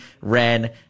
ran